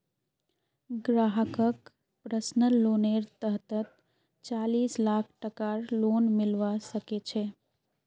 ग्राहकक पर्सनल लोनेर तहतत चालीस लाख टकार लोन मिलवा सके छै